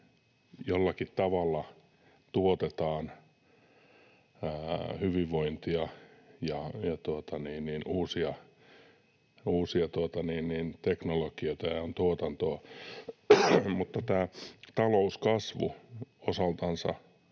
jollakin tavalla tuotetaan hyvinvointia ja uusia teknologioita ja on tuotantoa. Mutta tämä talouskasvu osaltansa